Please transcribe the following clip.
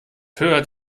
hört